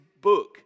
book